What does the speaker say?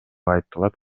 айтылат